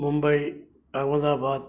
Mumbai Ahmedabad